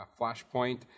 flashpoint